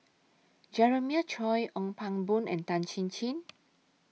Jeremiah Choy Ong Pang Boon and Tan Chin Chin